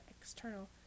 external